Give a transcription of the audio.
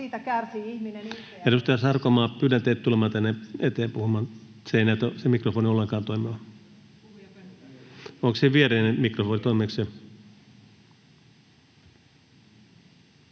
Edustaja Sarkomaa, pyydän teitä tulemaan tänne eteen puhumaan. Se mikrofoni ei näytä ollenkaan toimivan. — Toimiiko se viereinen mikrofoni?